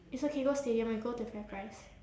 it's okay go stadium we go to the fairprice